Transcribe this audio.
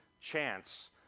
chance